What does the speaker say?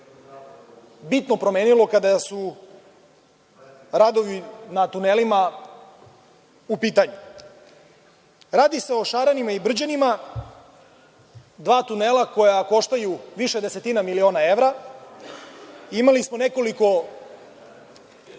bitno promenilo kada su radovi na tunelima u pitanju. Radi se o Šaranima i Brđanima, dva tunela koja koštaju više desetina miliona evra. Imali smo nekoliko